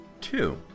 Two